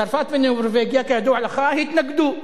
צרפת ונורבגיה, כידוע לך, התנגדו.